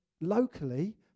locally